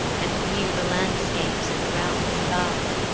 and view the landscapes in the realms above?